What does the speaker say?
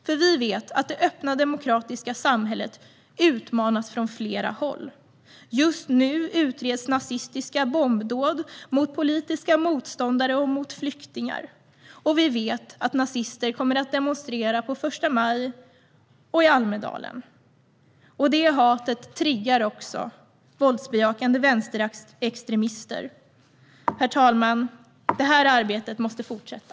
Vi vet nämligen att det öppna, demokratiska samhället utmanas från flera håll. Just nu utreds nazistiska bombdåd mot politiska motståndare och mot flyktingar. Vi vet att nazister kommer att demonstrera på första maj och i Almedalen. Det hatet triggar också våldsbejakande vänsterextremister. Herr talman! Detta arbete måste fortsätta.